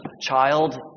child